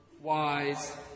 wise